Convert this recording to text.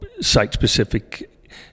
site-specific